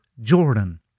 Jordan